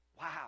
Wow